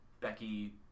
Becky